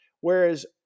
whereas